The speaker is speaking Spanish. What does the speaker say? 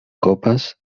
copas